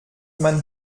man